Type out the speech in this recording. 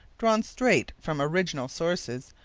drawn straight from original sources,